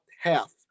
half